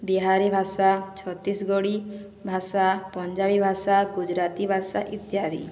ବିହାରୀ ଭାଷା ଛତିଶଗଡ଼ି ଭାଷା ପଞ୍ଜାବୀ ଭାଷା ଗୁଜୁରାତି ଭାଷା ଇତ୍ୟାଦି